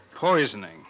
poisoning